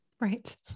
Right